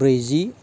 ब्रैजि